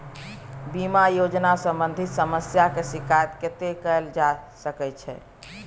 बीमा योजना सम्बंधित समस्या के शिकायत कत्ते कैल जा सकै छी?